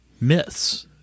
myths